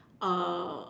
uh